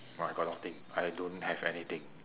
!wah! I got nothing I don't have anything